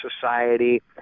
society